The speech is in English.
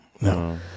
no